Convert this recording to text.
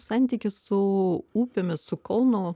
santykis su upėmis su kauno